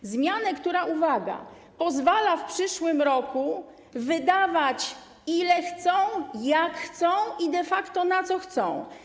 To zmiana, która - uwaga - pozwala im w przyszłym roku wydawać, ile chcą, jak chcą i de facto na co chcą.